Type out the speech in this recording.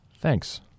Thanks